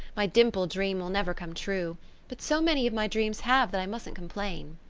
my dimple-dream will never come true but so many of my dreams have that i mustn't complain.